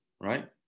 right